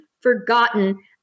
forgotten